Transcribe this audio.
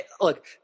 look